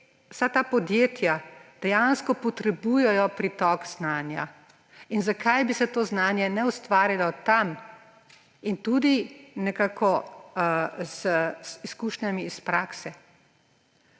Vsa ta podjetja dejansko potrebujejo pritok znanja. In zakaj bi se to znanje ne ustvarilo tam in tudi nekako z izkušnjami iz prakse?